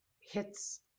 hits